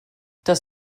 das